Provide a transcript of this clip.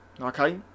okay